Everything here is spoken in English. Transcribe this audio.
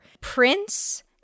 Prince